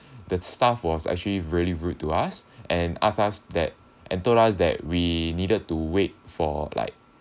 the staff was actually really rude to us and asked us that and told us that we needed to wait for like